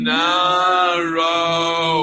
narrow